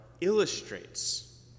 illustrates